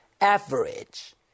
average